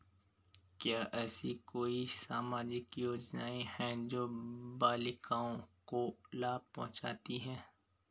क्या ऐसी कोई सामाजिक योजनाएँ हैं जो बालिकाओं को लाभ पहुँचाती हैं?